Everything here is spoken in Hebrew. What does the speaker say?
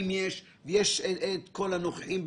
דהוא איזו חברה אחרת שהוא סוגר אתו עניינים,